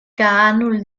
kaanul